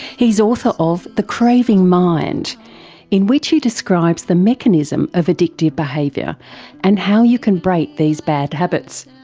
he's author of the craving mind in which he describes the mechanism of addictive behaviour and how you can break these bad habits.